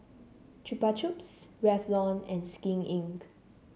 Chupa Chups Revlon and Skin Inc